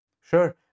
Sure